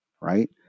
right